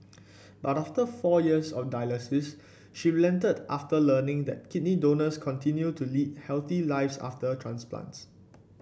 but after four years of dialysis she relented after learning that kidney donors continue to lead healthy lives after transplants